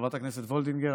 חברת הכנסת וולדיגר,